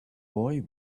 boy